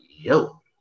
yo